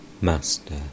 Master